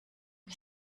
wie